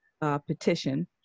petition